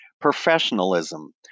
professionalism